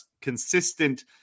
consistent